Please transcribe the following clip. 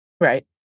right